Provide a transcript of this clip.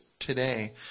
Today